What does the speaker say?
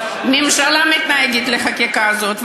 הממשלה מתנגדת לחקיקה הזאת,